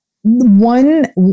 one